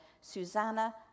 Susanna